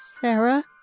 Sarah